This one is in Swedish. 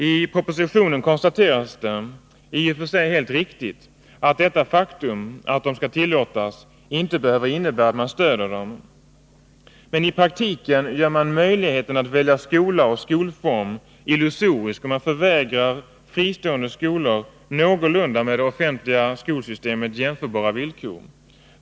I propositionen konstateras, i och för sig helt riktigt, att detta faktum — att de skall tillåtas — inte behöver innebära att man stöder dem. Men i praktiken gör man möjligheten att välja skola och skolform illusorisk om man förvägrar fristående skolor villkor som är någorlunda jämförbara med dem som gäller för det offentliga skolsystemet.